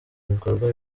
bikorwa